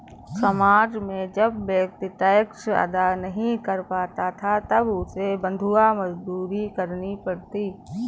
समाज में जब व्यक्ति टैक्स अदा नहीं कर पाता था तब उसे बंधुआ मजदूरी करनी पड़ती थी